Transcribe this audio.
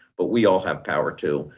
but we all have power too,